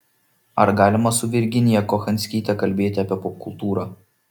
ar galima su virginija kochanskyte kalbėti apie popkultūrą